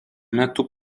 metu